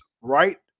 right